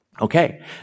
Okay